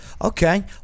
Okay